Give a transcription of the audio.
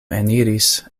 eniris